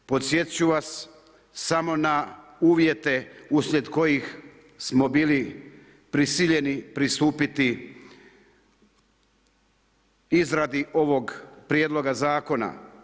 Podsjetiti ću vas, samo na uvijete uslijed kojih smo bili prisiljeni pristupiti izradi ovog prijedloga zakona.